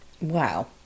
Wow